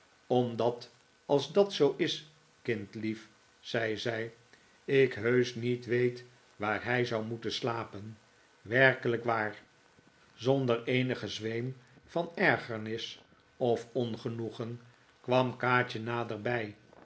omdat als dat zoo is kindlief zei zij ik heusch niet weet waar hij zou moeten slapen werkelijk waar zonder eenigen zweem van ergernis of ongenoegen kwam kaatje naderbij